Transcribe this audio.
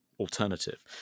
alternative